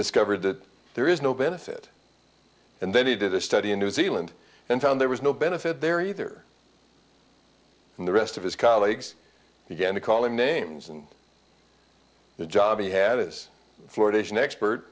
discovered that there is no benefit and then he did a study in new zealand and found there was no benefit there either and the rest of his colleagues began to call him names and the job he had this fluoridation expert